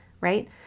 right